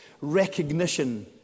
recognition